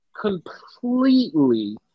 completely